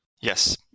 Yes